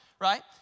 right